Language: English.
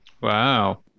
Wow